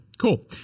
Cool